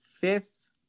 fifth